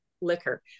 liquor